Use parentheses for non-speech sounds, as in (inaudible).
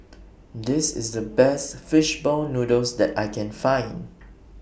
(noise) This IS The Best Fish Ball Noodles that I Can Find